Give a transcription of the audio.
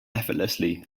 effortlessly